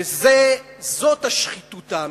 וזאת השחיתות האמיתית.